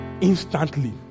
instantly